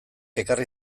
ekarri